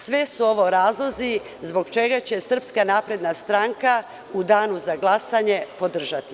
Sve su ovo razlozi zbog čega će ga Srpska napredna stranka u danu za glasanje podržati.